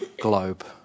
globe